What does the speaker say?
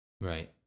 Right